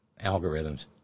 algorithms